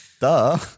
Duh